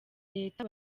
leta